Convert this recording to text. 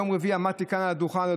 ביום רביעי עמדתי כאן על הדוכן,